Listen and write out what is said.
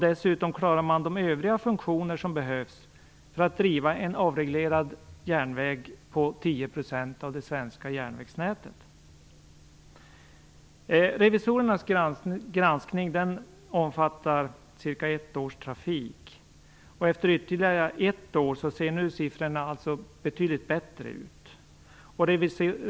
Dessutom klara man de övriga funktioner som behövs för att driva en avreglerad järnväg på Revisorernas granskning omfattar ca ett års trafik. Efter ytterligare ett år ser siffrorna nu betydligt bättre ut.